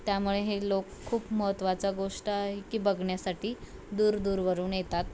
त्यामुळे हे लोक खूप महत्त्वाचा गोष्ट आहे की बघण्यासाठी दूर दूरवरून येतात